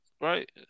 right